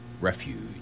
Refuge